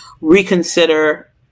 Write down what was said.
reconsider